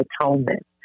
atonement